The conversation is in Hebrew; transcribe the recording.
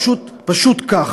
פשוט כך.